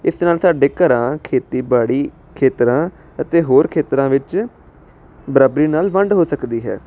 ਇਸ ਨਾਲ ਸਾਡੇ ਘਰਾਂ ਖੇਤੀਬਾੜੀ ਖੇਤਰਾਂ ਅਤੇ ਹੋਰ ਖੇਤਰਾਂ ਵਿੱਚ ਬਰਾਬਰੀ ਨਾਲ ਵੰਡ ਹੋ ਸਕਦੀ ਹੈ